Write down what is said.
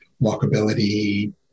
Walkability